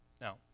Now